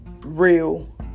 real